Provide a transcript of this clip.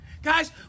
Guys